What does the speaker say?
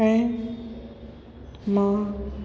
ऐं मां